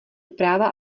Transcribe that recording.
práva